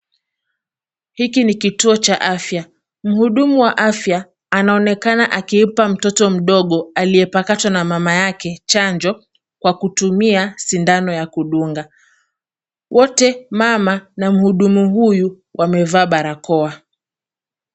Hiki ni kituo cha afya. Mhudumu wa afya anaonekana akimpa mtoto mdogo aliyepakatwa na mama yake chanjo kwa kutumia sindano ya kudunga. Wote, mama na mhudumu huyu wamevaa barakoa.